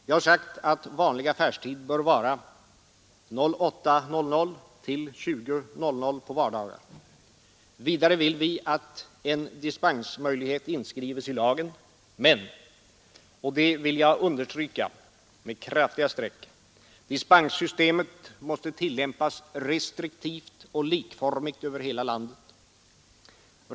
Vi har sagt att vanlig affärstid bör vara från kl. 8 till kl. 20 på vardagar. Vidare vill vi att en dispensmöjlighet inskrivs i lagen men — och det vill jag understryka med kraftiga streck — detta dispenssystem måste tillämpas restriktivt och likformigt över hela landet.